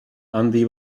handi